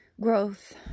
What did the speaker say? growth